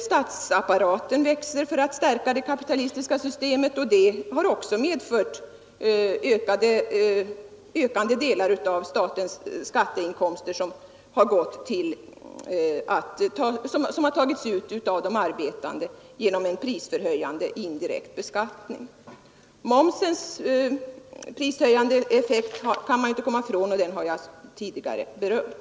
Statsapparaten växer för att stärka det kapitalistiska systemet, och det har också medfört att ökande delar av statens skatteinkomster tagits ut av de arbetande genom en prisförhöjande indirekt beskattning. Momsens prishöjande effekt kan man inte komma ifrån, och den har jag tidigare berört.